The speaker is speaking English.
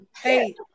hey